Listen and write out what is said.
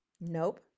Nope